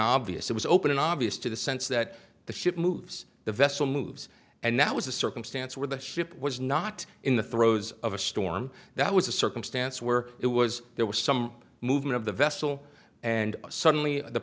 obvious it was open and obvious to the sense that the ship moves the vessel moves and that was a circumstance where the ship was not in the throes of a storm that was a circumstance where it was there was some movement of the vessel and suddenly the